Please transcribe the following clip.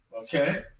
Okay